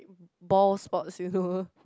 ball sports you know